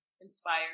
inspired